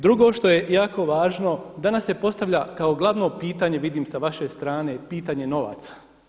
Drugo što je jako važno, danas se postavlja kao glavno pitanje vidim sa vaše strane i pitanje novaca.